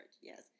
yes